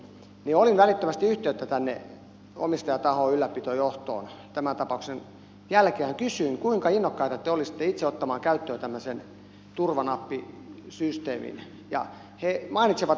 otin välittömästi yhteyttä tänne omistajatahoon ylläpitojohtoon tämän tapauksen jälkeen ja kysyin kuinka innokkaita te olisitte itse ottamaan käyttöön tämmöisen turvanappisysteemin